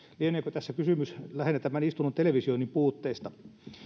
lieneekö tässä kysymys lähinnä tämän istunnon televisioinnin puutteesta